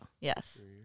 Yes